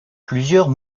plusieurs